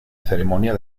ceremonia